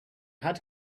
had